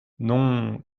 non